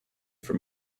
from